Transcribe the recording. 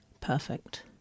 perfect